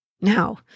Now